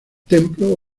templo